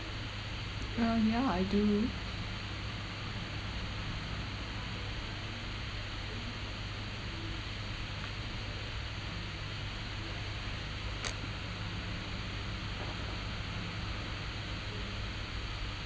um yeah I do